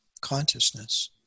consciousness